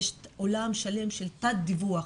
יש עולם שלם של תת דיווח,